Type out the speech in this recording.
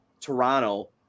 Toronto